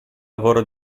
lavoro